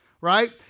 right